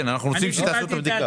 אנחנו רוצים שתעשו את הבדיקה.